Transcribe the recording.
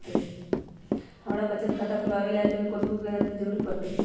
हमरा बचत खाता खुलावेला है त ए में कौन कौन कागजात के जरूरी परतई?